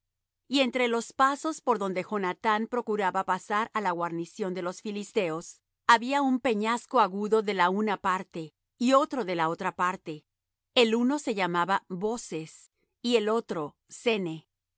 y entre los pasos por donde jonathán procuraba pasar á la guarnición de los filisteos había un peñasco agudo de la una parte y otro de la otra parte el uno se llamaba boses y el otro sene